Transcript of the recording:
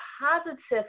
positive